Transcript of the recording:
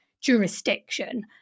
jurisdiction